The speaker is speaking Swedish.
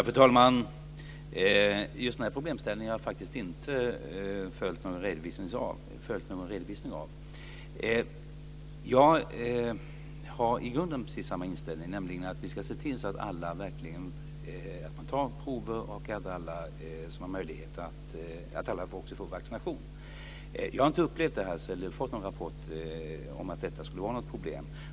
Fru talman! Jag har inte följt någon redovisning av just den här problemställningen. Jag har i grunden precis samma inställning, nämligen att vi ska se till så att man verkligen tar prover och att alla också får vaccination. Jag har inte fått någon rapport om att detta skulle vara något problem.